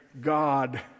God